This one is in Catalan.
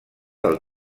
del